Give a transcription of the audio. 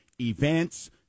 events